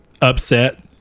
upset